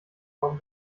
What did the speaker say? kaum